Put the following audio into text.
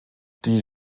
die